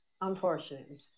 Unfortunately